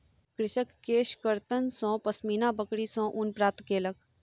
कृषक केशकर्तन सॅ पश्मीना बकरी सॅ ऊन प्राप्त केलक